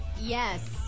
Yes